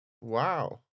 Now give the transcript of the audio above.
Wow